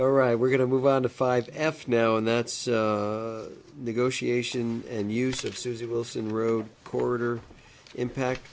right we're going to move on to five f now and that's negotiation and use of suzy wilson road corridor impact